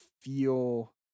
feel